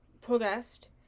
progressed